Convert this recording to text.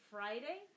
Friday